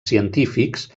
científics